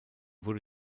wurde